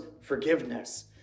forgiveness